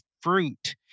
fruit